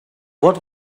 what